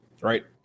Right